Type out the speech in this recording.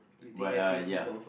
but uh ya